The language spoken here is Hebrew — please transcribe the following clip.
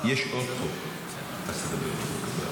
יש עוד חוק, אז תדבר.